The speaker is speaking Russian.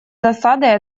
досадой